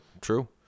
true